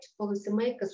policymakers